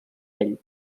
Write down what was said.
ell